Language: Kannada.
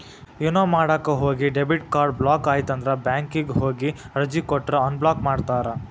ಏನೋ ಮಾಡಕ ಹೋಗಿ ಡೆಬಿಟ್ ಕಾರ್ಡ್ ಬ್ಲಾಕ್ ಆಯ್ತಂದ್ರ ಬ್ಯಾಂಕಿಗ್ ಹೋಗಿ ಅರ್ಜಿ ಕೊಟ್ರ ಅನ್ಬ್ಲಾಕ್ ಮಾಡ್ತಾರಾ